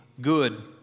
good